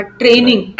training